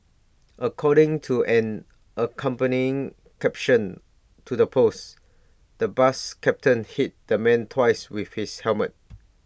according to an accompanying caption to the post the bus captain hit the man twice with his helmet